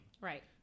Right